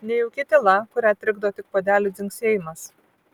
nejauki tyla kurią trikdo tik puodelių dzingsėjimas